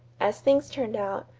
as things turned out,